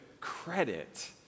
credit